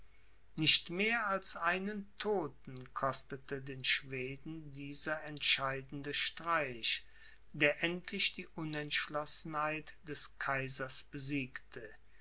nicht mehr als einen todten kostete den schweden dieser entscheidende streich der endlich die unentschlossenheit des kaisers besiegte